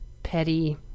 petty